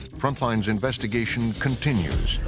frontline's investigation continues.